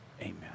amen